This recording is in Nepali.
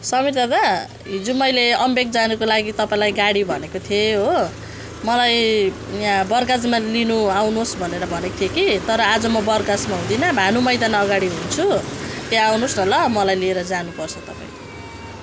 समीर दादा हिजो मैले अम्बियोक जानको लागि तपाईँलाई गाडी भनेको थिएँ हो मलाई यहाँ बरगाछमा लिनु आउनुहोस् भनेर भनेको थिएँ कि तर आज म बरगाछमा हुँदिनँ भानु मैदान अगाडि हुन्छु त्यहाँ आउनुहोस् न ल मलाई लिएर जानुपर्छ तपाईँले